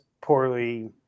poorly